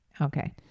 Okay